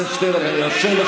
תעשה אחד ולא שניים.